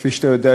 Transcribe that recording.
כפי שאתה יודע,